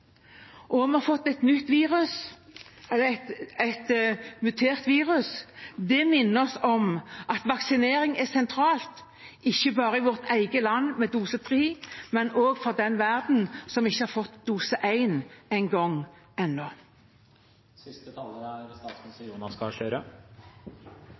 fått et mutert virus. Det minner oss om at vaksinering er sentralt, ikke bare i vårt eget land med dose tre, men også for den verden som ikke engang har fått dose én ennå.